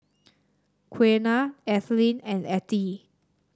Qiana Ethelyn and Attie